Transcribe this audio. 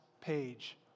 page